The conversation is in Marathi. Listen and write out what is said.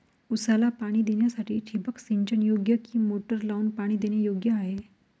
ऊसाला पाणी देण्यासाठी ठिबक सिंचन योग्य कि मोटर लावून पाणी देणे योग्य आहे?